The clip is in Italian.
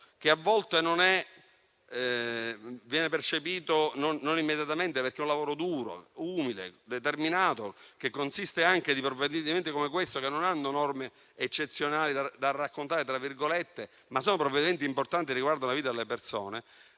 a volte non viene percepito immediatamente, perché è un lavoro duro, umile, determinato, che consiste anche di provvedimenti come questo, che non hanno norme eccezionali da raccontare. Sono, però, provvedimenti importanti, che riguardano la vita delle persone.